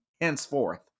henceforth